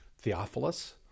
Theophilus